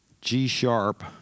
G-sharp